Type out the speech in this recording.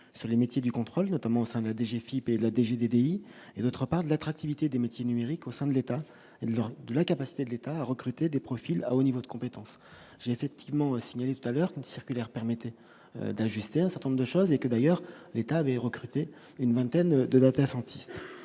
sur les métiers du contrôle, notamment au sein de des j'flippé, le DG des délits et d'autre part de l'attractivité des métiers numérique au sein de l'État, de la capacité de l'État à recruter des profils, au niveau de compétence, j'ai effectivement signalé tout à l'heure qu'une circulaire permettait d'ajuster un certain nombre de choses et que d'ailleurs, l'État avait recruté une vingtaine de l'hôtel,